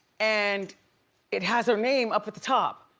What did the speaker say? and it has her name up at the top.